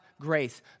grace